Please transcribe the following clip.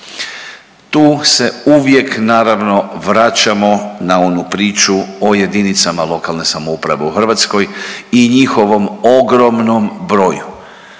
Tu se uvijek naravno vraćamo na onu priču o jedinicama lokalne samouprave u Hrvatskoj i njihovom ogromnom broju.